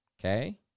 okay